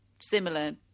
similar